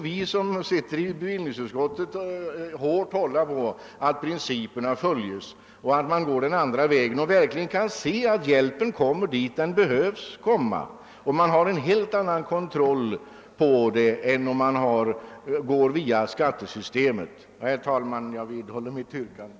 Vi som sitter i bevillningsutskottet måste hålla hårt på att dessa principer följs. Går man den andra vägen kan man se till att hjälpen kommer de organisationer till del som verkligen behöver den. Man har då en helt annan kontroll än om man ger hjälpen via skattesystemet. Herr talman! Jag vidhåller mitt yrkande.